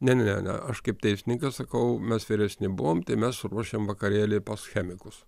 ne ne ne aš kaip teisininkas sakau mes vyresni buvom tai mes ruošėm vakarėlį pas chemikus